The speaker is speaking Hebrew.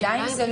בעיניי לא